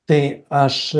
tai aš